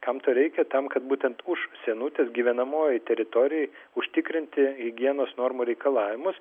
kam to reikia tam kad būtent už sienutės gyvenamojoj teritorijoj užtikrinti higienos normų reikalavimus